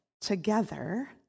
together